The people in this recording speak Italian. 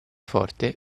forte